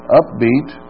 upbeat